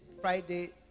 Friday